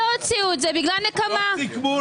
לא סיכמו.